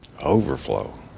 Overflow